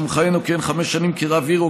או שהוא מכהן או כיהן חמש שנים כרב עיר או